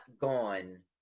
gone